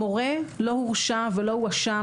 המורה לא הורשע ולא הואשם,